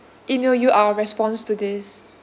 email you our response to this